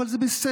אבל זה בסדר.